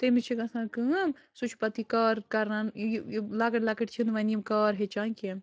تٔمِس چھِ گَژھان کٲم سُہ چھُ پَتہٕ یہِ کار کَران لکٕٹۍ لکٕٹۍ چھِنہٕ وَنہِ یِم کار ہیٚچھان کیٚنٛہہ